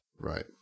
Right